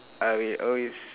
I will always